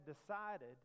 decided